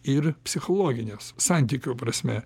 ir psichologinės santykių prasme